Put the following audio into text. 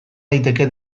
daiteke